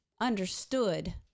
understood